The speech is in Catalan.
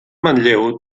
manlleu